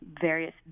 various